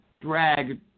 drag